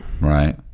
right